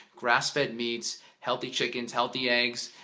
grass fed meats, healthy chickens, healthy eggs,